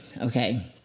okay